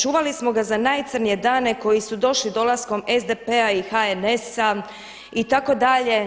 Čuvali smo ga za najcrnije dane koji su došli dolaskom SDP-a i HNS-a itd.